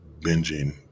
binging